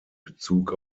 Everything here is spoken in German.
bezug